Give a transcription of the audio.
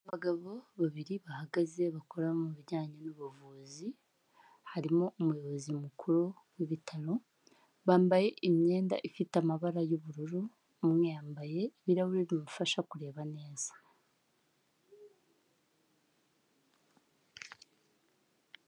Abagabo babiri bahagaze bakora mu bijyanye n'ubuvuzi, harimo umuyobozi mukuru w'ibitaro, bambaye imyenda ifite amabara y'ubururu, umwe yambaye ibirahuri bimufasha kureba neza.